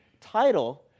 title